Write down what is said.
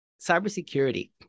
cybersecurity